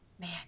Man